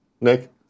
Nick